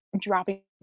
dropping